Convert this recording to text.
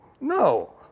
No